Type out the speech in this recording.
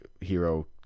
hero